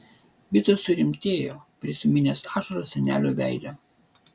vitas surimtėjo prisiminęs ašaras senelio veide